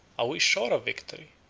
are we sure of victory?